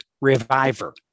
reviver